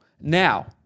Now